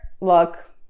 look